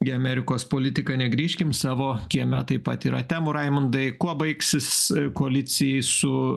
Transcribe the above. į amerikos politiką negrįžkim savo kieme taip pat yra temų raimundai kuo baigsis koalicijai su